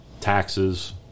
Taxes